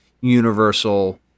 universal